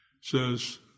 says